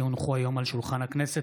כי הונחו היום על שולחן הכנסת,